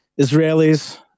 Israelis